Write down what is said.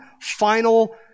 final